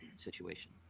situation